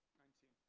nineteen.